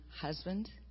husband